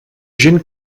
gent